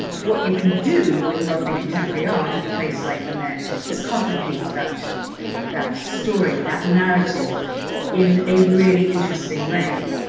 what you can do with modern and contemporary art and a place like the met is complicate that that story, that narrative in a really interesting way.